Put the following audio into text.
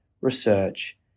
research